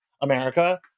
america